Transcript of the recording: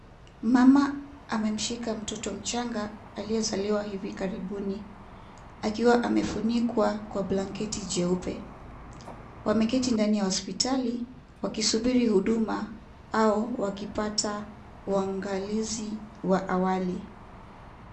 Mama amemshika mtoto mchanga alyezaliwa hivi karibuni, akiwa amefunikwa kwa blangeti jeupe, wameketi ndani ya hospitali wakisubiri huduma au wakipata uangalizi wa awali.